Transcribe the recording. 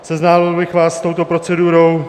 Seznámil bych vás s touto procedurou.